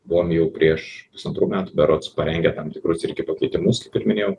buvom jau prieš pusantrų metų berods parengę tam tikrus irgi pakeitimus kaip ir minėjau